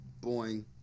Boing